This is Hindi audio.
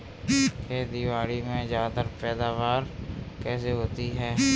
खेतीबाड़ी में ज्यादा पैदावार कैसे होती है?